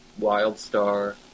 Wildstar